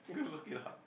go look it up